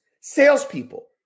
Salespeople